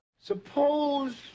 Suppose